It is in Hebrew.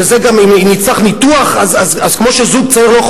שגם אם נצטרך ניתוח אז כמו שזוג צעיר לא יכול